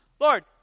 Lord